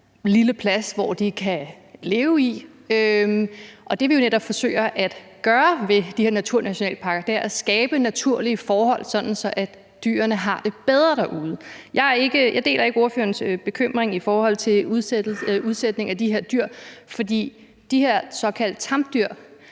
vigende plads, hvor de kan leve. Og det, vi netop forsøger at gøre med de her naturnationalparker, er at skabe nogle naturlige forhold, så dyrene har det bedre derude. Jeg deler ikke ordførerens bekymring i forhold til udsætning af de her dyr, for de her såkaldte tamdyr